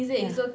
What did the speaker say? yeah